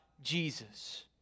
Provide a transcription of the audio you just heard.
Jesus